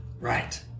Right